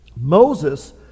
Moses